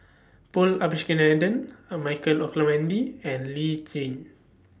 Paul Abisheganaden A Michael Olcomendy and Lee Tjin